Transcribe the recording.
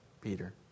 Peter